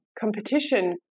competition